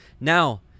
Now